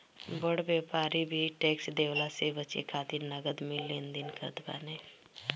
बड़ व्यापारी भी टेक्स देवला से बचे खातिर नगद में लेन देन करत बाने